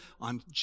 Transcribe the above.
on